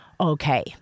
okay